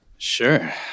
Sure